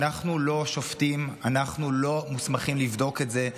אנחנו לא שופטים, אנחנו לא מוסמכים לבדוק את זה.